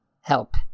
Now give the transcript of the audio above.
help